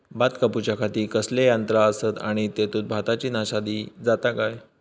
भात कापूच्या खाती कसले यांत्रा आसत आणि तेतुत भाताची नाशादी जाता काय?